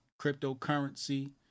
Cryptocurrency